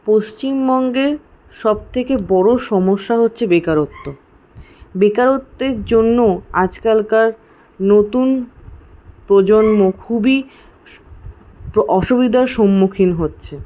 পশ্চিমবঙ্গে সবথেকে বড় সমস্যা হচ্ছে বেকারত্ব বেকারত্বের জন্য আজকালকার নতুন প্রজন্ম খুবই অসুবিধার সম্মুখীন হচ্ছে